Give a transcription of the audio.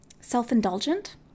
self-indulgent